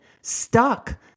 stuck